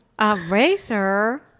Eraser